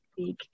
speak